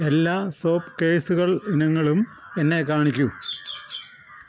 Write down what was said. എല്ലാ സോപ്പ് കേസുകൾ ഇനങ്ങളും എന്നെ കാണിക്കൂ